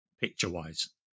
picture-wise